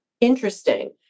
Interesting